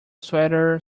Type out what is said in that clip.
sweater